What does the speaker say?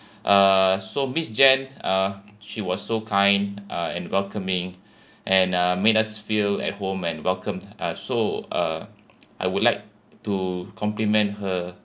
uh so miss jane uh she was so kind uh and welcoming and uh made us feel at home and welcomed uh so uh I would like to compliment her